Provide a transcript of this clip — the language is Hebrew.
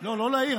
לא להעיר.